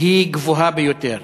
היא גבוהה ביותר.